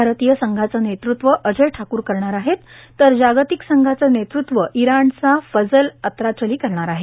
भारतीय संघाचं नेतृत्व अजय ठाकूर करणार आहे तर जागतिक संघांचं नेतृत्व इराणचा फजल अत्राचली करणार आहे